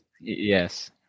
Yes